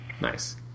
Nice